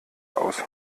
aus